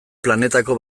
planetako